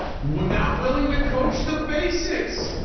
well, not willing to coach the basics.